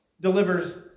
delivers